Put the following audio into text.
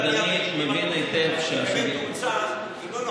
אדוני מבין היטב, יקבלו תאוצה, ולא,